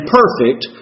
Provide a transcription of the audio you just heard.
perfect